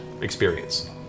experience